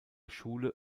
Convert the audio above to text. schule